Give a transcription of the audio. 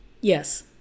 yes